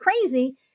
crazy